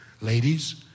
Ladies